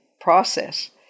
process